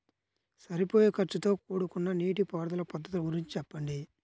సరిపోయే ఖర్చుతో కూడుకున్న నీటిపారుదల పద్ధతుల గురించి చెప్పండి?